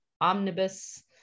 omnibus